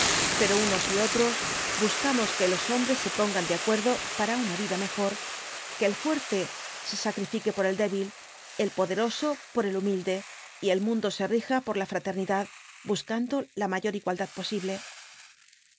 pero unos y otros buscamos que los hombres se pongan de acuerdo para una vida mejor que el fuerte se sacrifique por el débil el poderoso por el humilde y el mundo se rija por la fraternidad buscando la mayor igualdad posible